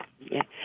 Yes